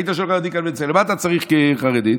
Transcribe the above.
היית שואל חרדי קונבנציונלי: מה אתה צריך כעיר חרדית?